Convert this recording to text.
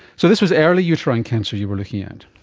so this was early uterine cancer you were looking at?